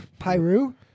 Pyru